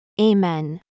Amen